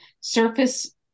surface